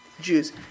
Jews